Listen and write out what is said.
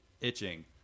itching